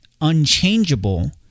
unchangeable